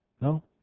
no